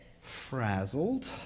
frazzled